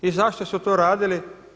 I zašto su to radili?